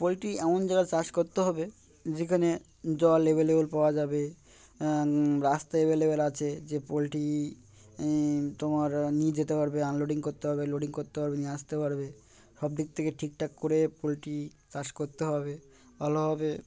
poultry এমন জায়গায় চাষ করতে হবে যেখানে জল অ্যাভেলেবেল পাওয়া যাবে রাস্তা অ্যাভেলেবেল আছে যে পোলট্রি তোমার নিয়ে যেতে পারবে আনলোডিং করতে হবে লোডিং করতে পারবে নিয়ে আসতে পারবে সব দিক থেকে ঠিকঠাক করে পোলট্রি চাষ করতে হবে ভালো হবে